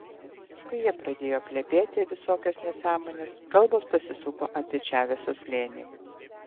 paskui jie pradėjo plepėti visokias nesąmones kalbos pasisuko apie čaveso slėnį